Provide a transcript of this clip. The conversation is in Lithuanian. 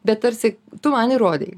bet tarsi tu man įrodei